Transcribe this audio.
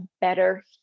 better